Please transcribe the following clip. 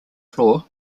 floor